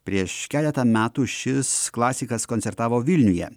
prieš keletą metų šis klasikas koncertavo vilniuje